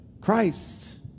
Christ